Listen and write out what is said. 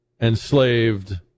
enslaved